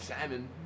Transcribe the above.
salmon